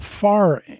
far